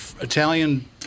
Italian